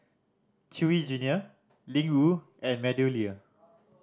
Chewy Junior Ling Wu and MeadowLea